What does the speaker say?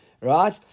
right